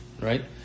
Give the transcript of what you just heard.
right